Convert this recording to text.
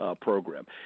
program